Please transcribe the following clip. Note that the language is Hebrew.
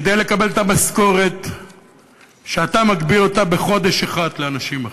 כדי לקבל את המשכורת שאתה מגביל אותה בחודש אחד לאנשים אחרים.